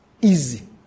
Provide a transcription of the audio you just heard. easy